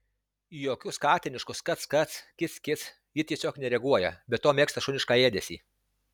į jokius katiniškus kac kac kic kic ji tiesiog nereaguoja be to mėgsta šunišką ėdesį